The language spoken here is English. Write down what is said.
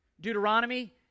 Deuteronomy